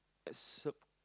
that's suck